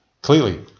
Clearly